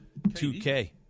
2K